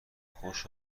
خوش